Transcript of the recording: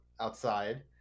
outside